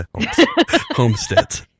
Homesteads